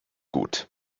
gut